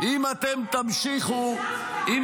הבטחת לא לעשות את זה.